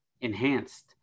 enhanced